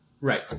Right